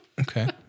Okay